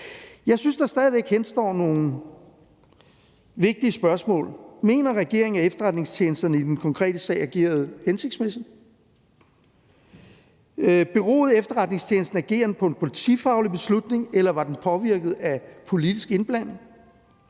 Jeg synes, der stadig væk henstår nogle vigtige spørgsmål. Mener regeringen, at efterretningstjenesterne i den konkrete sag agerede hensigtsmæssigt? Beroede efterretningstjenesternes ageren på en politifaglig beslutning, eller var den påvirket af politisk indblanding?